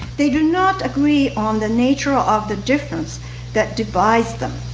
they do not agree on the nature of the difference that divides them.